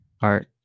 art